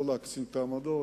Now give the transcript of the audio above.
לא להקצין את העמדות,